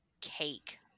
cake